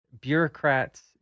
bureaucrats